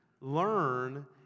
learn